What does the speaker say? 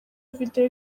video